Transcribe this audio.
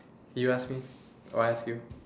you ask me or I ask you